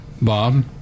Bob